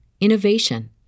innovation